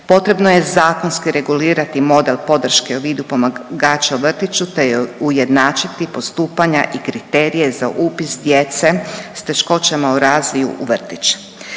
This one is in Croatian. Potrebno je zakonski regulirati model podrške u vidu pomagača u vrtiću, te ujednačiti postupanja i kriterije za upis djece s teškoćama u razvoju u vrtić.